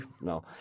no